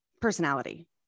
personality